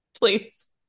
please